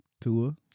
Tua